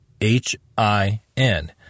H-I-N